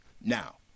Now